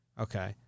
Okay